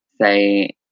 say